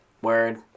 Word